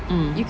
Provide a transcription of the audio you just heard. mm